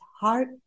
heart